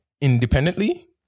independently